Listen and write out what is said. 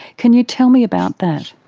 can you tell me about that?